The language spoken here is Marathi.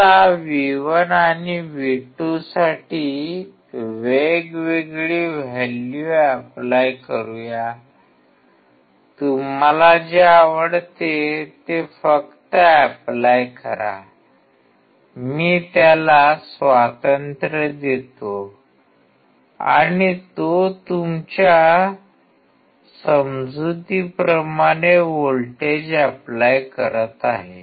चला V1 आणि V2 साठी वेगवेगळी वैल्यू ऎप्लाय करूया तुम्हाला जे आवडते ते फक्त ऎप्लाय करा मी त्याला स्वातंत्र्य देतो आणि तो त्याच्या समजुतीप्रमाणे व्होल्टेज ऎप्लाय करत आहे